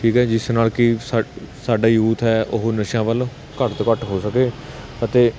ਠੀਕ ਹੈ ਜਿਸ ਨਾਲ ਕਿ ਸਾ ਸਾਡਾ ਯੂਥ ਹੈ ਉਹ ਨਸ਼ਿਆਂ ਵੱਲੋਂ ਘੱਟ ਤੋਂ ਘੱਟ ਹੋ ਸਕੇ ਅਤੇ